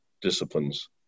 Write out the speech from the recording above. disciplines